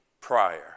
prior